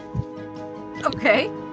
Okay